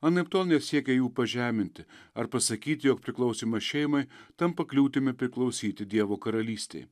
anaiptol nesiekia jų pažeminti ar pasakyti jog priklausymas šeimai tampa kliūtimi priklausyti dievo karalystei